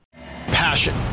Passion